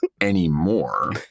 anymore